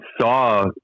saw